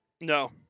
no